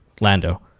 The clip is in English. Lando